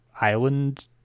island